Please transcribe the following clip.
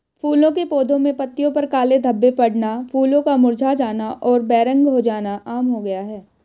फूलों के पौधे में पत्तियों पर काले धब्बे पड़ना, फूलों का मुरझा जाना और बेरंग हो जाना आम हो गया है